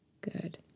Good